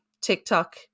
TikTok